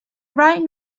writing